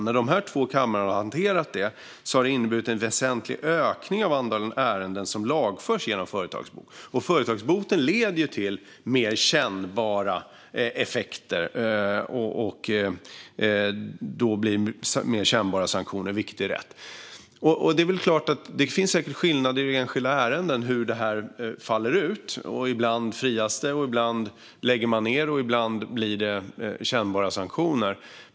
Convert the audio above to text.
När dessa två kamrar har hanterat det här har det inneburit en väsentlig ökning av antalet ärenden som lagförs genom företagsbot. Företagsboten leder till mer kännbara effekter och sanktioner, vilket är rätt. Det finns säkert skillnader i enskilda ärenden i hur det faller ut. Ibland frias det, ibland läggs det ned och ibland blir det kännbara sanktioner.